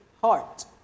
heart